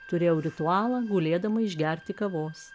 turėjau ritualą gulėdama išgerti kavos